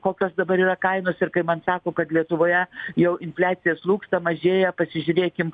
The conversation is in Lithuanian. kokios dabar yra kainos ir kai man sako kad lietuvoje jau infliacija slūgsta mažėja pasižiūrėkim